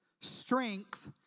strength